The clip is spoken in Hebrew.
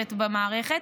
נשארת במערכת,